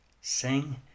sing